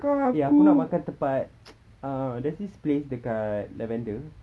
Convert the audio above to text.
eh aku nak makan tempat uh there's this place kat lavendar